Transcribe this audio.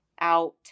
out